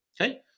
okay